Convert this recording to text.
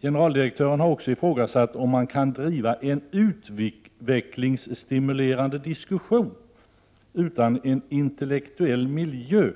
Generaldirektören har också ifrågasatt om man kan driva en utvecklings=== Jo od do ork stimulerande diskussion utan en intellektuell miljö.